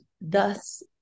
thus